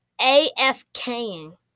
Afking